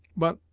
but,